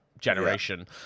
generation